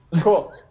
Cool